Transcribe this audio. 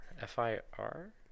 F-I-R